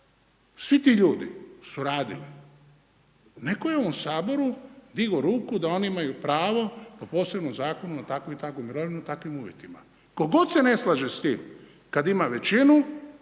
svi ti ljudi su radili, netko je u ovom Saboru digao ruku da oni imaju pravo po posebnom zakonu na takvu i takvu mirovinu, po takvim uvjetima. Tko god se ne slaže s tim, kad ima većinu,